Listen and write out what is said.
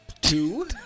Two